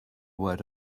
word